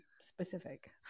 specific